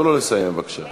תנו לו לסיים, בבקשה.